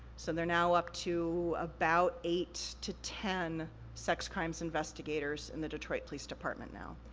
so, they're now up to about eight to ten sex crimes investigators in the detroit police department now.